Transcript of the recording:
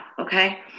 okay